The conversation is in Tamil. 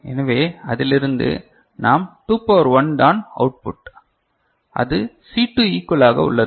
எனவே அதிலிருந்து நாம் 2 பவர் 1 தான் அவுட்புட் அது C2 ஈகுவலாக உள்ளது